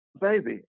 baby